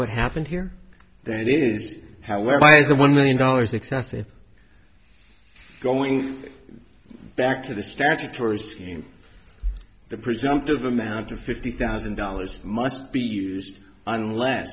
what happened here that is however is the one million dollars excessive going back to the statutory scheme the presumptive amount of fifty thousand dollars must be used unless